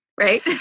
right